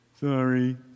Sorry